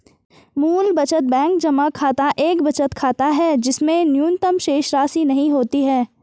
मूल बचत बैंक जमा खाता एक बचत खाता है जिसमें न्यूनतम शेषराशि नहीं होती है